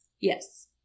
Yes